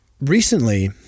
recently